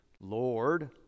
Lord